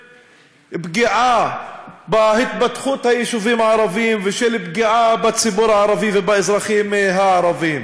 פגיעה בהתפתחות היישובים הערביים ושל פגיעה בציבור הערבי ובאזרחים הערבים?